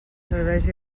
serveis